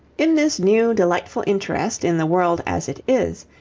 in this new delightful interest in the world as it is,